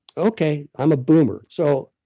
okay, i'm a boomer. so